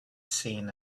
seen